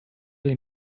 del